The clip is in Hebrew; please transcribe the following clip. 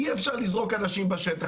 אי אפשר לזרוק אנשים בשטח,